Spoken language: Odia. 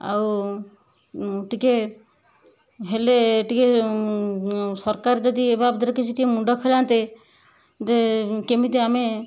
ଆଉ ଟିକେ ହେଲେ ଟିକେ ସରକାର ଯଦି ଏ ବାବଦରେ କିଛି ଟିକେ ମୁଣ୍ଡ ଖେଳାନ୍ତେ ଯେ କେମିତି ଆମେ